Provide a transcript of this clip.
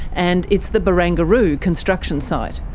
and it's the barangaroo construction site.